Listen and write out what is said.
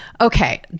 Okay